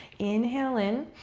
inhale in.